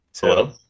Hello